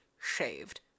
shaved